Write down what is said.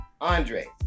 Andre